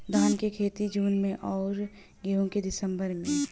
धान क खेती जून में अउर गेहूँ क दिसंबर में?